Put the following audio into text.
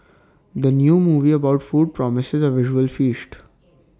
the new movie about food promises A visual feast